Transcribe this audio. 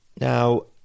Now